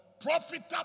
profitable